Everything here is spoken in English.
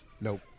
Nope